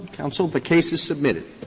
counsel. the case is submitted.